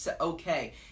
okay